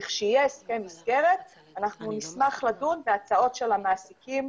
לכשיהיה הסכם מסגרת אנחנו נשמח לדון בהצעות של המעסיקים.